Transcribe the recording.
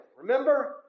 Remember